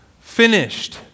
Finished